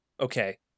okay